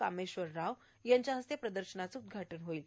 कामेश्वर राव यांच्या हस्ते प्रदर्शनाचं उद्घाटन होणार आहे